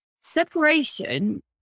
Separation